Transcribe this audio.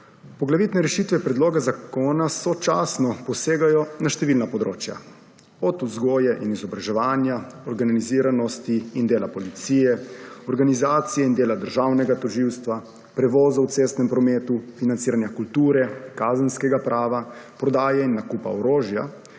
Poglavitne rešitve predloga zakona sočasno posegajo na številna področja, od vzgoje in izobraževanja, organiziranosti in dela policije, organizacije in dela državnega tožilstva, prevoza v cestnem prometu in nadziranju kulture, kazenskega prava, prodaje in nakupa orožja,